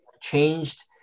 changed